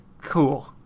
cool